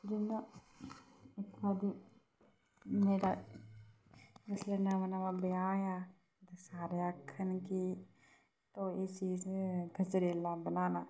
जियां इक बारी मेरा जिसलै नमां नमां ब्याह् होएआ ते सारे आक्खन कि इसी तो इसी च गजरेला बनाना